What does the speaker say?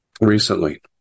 recently